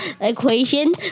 equation